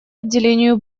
отделению